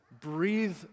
breathe